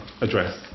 address